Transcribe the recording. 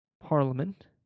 Parliament